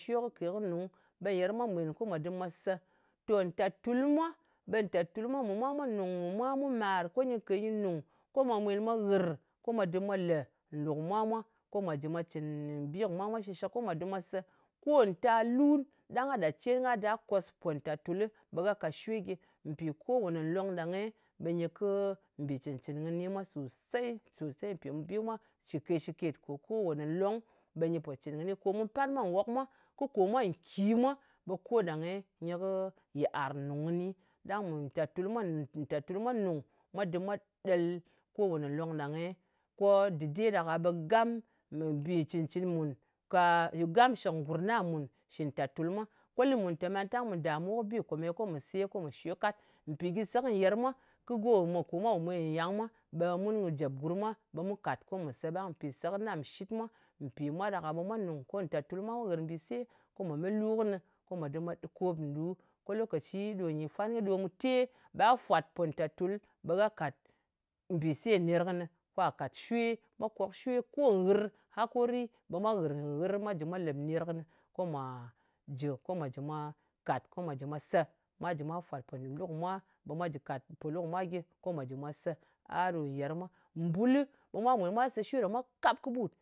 Shwe kɨ kè kɨ nung, ɓe nyer mwa mwèn ko mwa dɨm mwa se. Tò ntàtul mwa, ɓe ntàtul mwa mɨ mwa mwa nùng kɨ mwa, mɨ mwa mwā màr ko nyɨ kè nyɨ nùng, ko mwà mwen mwa ghɨr ko mwà dɨm mwa lē nlu kɨ mwa mwa. Ko mwa jɨ mwa cɨn bi kɨ mwa mwa shɨshɨk, ko mwa dɨm mwa se. Ko nta lun ɗang a ɗa cen kwa da kos pò ntàtulɨ ɓe gha ka shwe gyɨ. Mpì ko wani nlong ɗang e ɓe nyɨ kɨ mbì cɨn-cɨn kɨni mwa sosey, sòsey. Mpì kèn bi mwa shɨkèt-shɨkèt. Kò ko wane nlong ɓe nyɨ po cɨn kɨni. Kò mu pan mwa nwok mwa, ko kò mwa nkì mwa, ɓe ko ɗang-e nyɨ kɨ yɨàr nùng kɨni. Ɗang ntàtul mwa nùng mwa dɨm mwa ɗel ko wane nlong ɗang-e. Ko dɨde ɗak-a ɓe gam mbì cɨn-cɨn mùn. Ka, gam shɨk ngurna mun shɨ ntàtul mwa. Ko lɨ mùn te mantang mu damu kɨ bi ko mu se, ko mu shwe kat. Mpì gyɨ sè kɨ nyer mwa, kɨ go me mwa pò mwen nyang mwa, ɓe mun jèp gurm mwa mu kàt ko mù se ɓang. Mpì se kɨ nam nshit mwa. Mpì mwa ɗak-a ɓe mwa nung, ko ntàtul mwa ghɨr mbise ko mwa me lu kɨnɨ, ko mwà dɨm mwa kòp nlu. Ko lokaci kòne nfwan kɨ ɗom te ɓe gha fwàt mpò ntàtul ɓa kàt mbise ner kɨnɨ. Kwà kat shwe. Mwa kòk shwe. Ko nghɨ hakori, ɓe mwa ghɨ̀r nghɨr mwa jɨ mwa lē ner kɨnɨ, ko mwa jɨ mwa kàt ko mwa jɨ mwa se. Mwa jɨ mwa fwat pò nɗin lu kɨ mwa, mwa jɨ mwa kàt pòlu kɨ mwa gyɨ, ko mwa jɨ mwa sē. A ɗo nyer mwa. Mbulɨ ɓe mwa mwen mwa se shwe ɗa mwa kap kɨɓut.